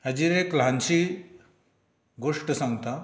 हाजी एक ल्हानशी गोष्ट सांगतां